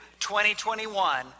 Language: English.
2021